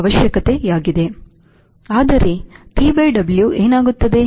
ಆದರೆ TW ಏನಾಗುತ್ತದೆ